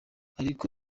ariko